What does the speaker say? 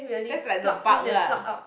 that's like the bug lah